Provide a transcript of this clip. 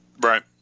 Right